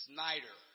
Snyder